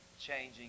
Changing